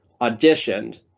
auditioned